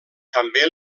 també